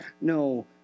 no